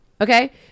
Okay